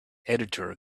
editor